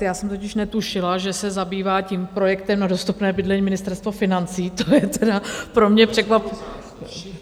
Já jsem totiž netušila, že se zabývá tím projektem na dostupné bydlení Ministerstvo financí, to je teda pro mě překvapení...